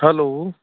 hello